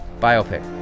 biopic